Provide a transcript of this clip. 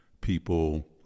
people